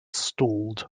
stalled